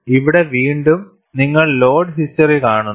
ഇവിടെ വീണ്ടും നിങ്ങൾ ലോഡ് ഹിസ്റ്ററി കാണുന്നു